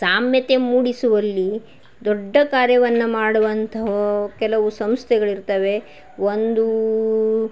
ಸಾಮ್ಯತೆ ಮೂಡಿಸುವಲ್ಲಿ ದೊಡ್ಡ ಕಾರ್ಯವನ್ನು ಮಾಡುವಂಥ ಕೆಲವು ಸಂಸ್ಥೆಗಳಿರ್ತವೆ ಒಂದು